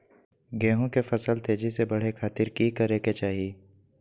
गेहूं के फसल तेजी से बढ़े खातिर की करके चाहि?